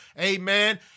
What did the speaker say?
amen